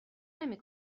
نمی